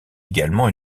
également